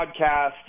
podcast